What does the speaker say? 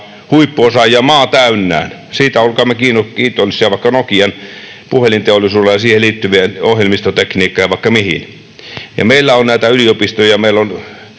huippuosaajia maa täynnä. Siitä olkaamme kiitollisia vaikka Nokian puhelinteollisuudelle ja siihen liittyvälle ohjelmistotekniikalle ja vaikka mille. Meillä on yliopistoja ja meillä on